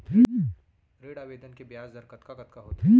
ऋण आवेदन के ब्याज दर कतका कतका होथे?